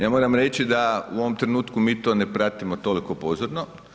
Ja moram reći da u ovom trenutku mi to ne pratimo toliko pozorno.